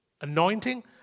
Anointing